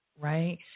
right